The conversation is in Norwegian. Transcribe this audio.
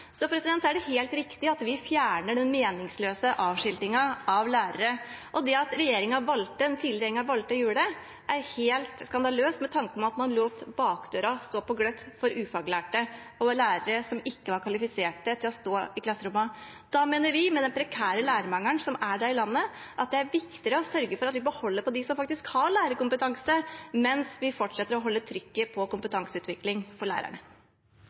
Så er det helt riktig at vi fjerner den meningsløse avskiltingen av lærere. Det at den tidligere regjeringen valgte å gjøre det, er helt skandaløst, med tanke på at man lot bakdøren stå på gløtt for ufaglærte og lærere som ikke var kvalifisert til å stå i klasserommene. Da mener vi at med den prekære lærermangelen som er her i landet, er det viktigere å sørge for at vi holder på dem som faktisk har lærerkompetanse, mens vi fortsetter å holde trykket på kompetanseutvikling for lærerne.